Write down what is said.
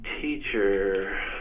teacher